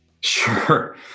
Sure